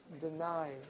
deny